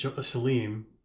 Salim